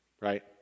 right